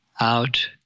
out